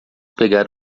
pegar